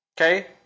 Okay